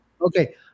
Okay